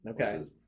Okay